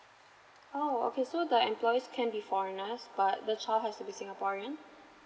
oh okay so the employees can be foreigners but the child has to be singaporean